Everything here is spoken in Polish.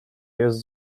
jest